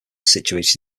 situated